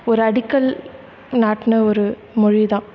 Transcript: ஒரு அடிக்கல் நாட்டின ஒரு மொழிதான்